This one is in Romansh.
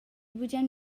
bugen